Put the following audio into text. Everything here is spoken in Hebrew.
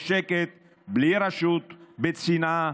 בשקט, בלי רשות, בצנעה,